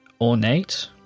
ornate